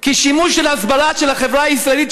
כהסברה של החברה הישראלית,